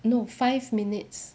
no five minutes